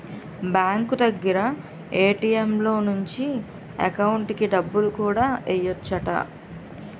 bank దగ్గర ATM లో నుంచి ఎకౌంటుకి డబ్బులు కూడా ఎయ్యెచ్చట